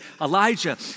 Elijah